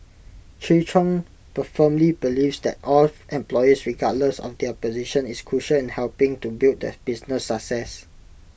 Chi chung per firmly believes that all employees regardless of their position is crucial in helping to build the business success